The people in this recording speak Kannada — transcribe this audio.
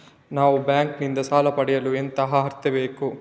ನಾವು ಬ್ಯಾಂಕ್ ನಿಂದ ಸಾಲ ಪಡೆಯಲು ಎಂತ ಅರ್ಹತೆ ಬೇಕು?